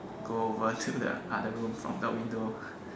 go over to the other room from the window